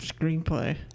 Screenplay